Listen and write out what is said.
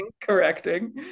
correcting